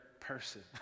person